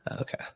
Okay